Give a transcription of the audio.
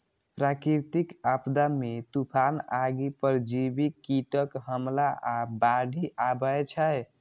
प्राकृतिक आपदा मे तूफान, आगि, परजीवी कीटक हमला आ बाढ़ि अबै छै